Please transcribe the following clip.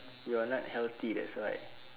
you are not healthy that's why